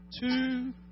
two